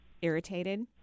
Irritated